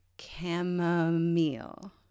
chamomile